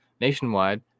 nationwide